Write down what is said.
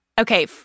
Okay